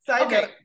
Okay